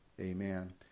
Amen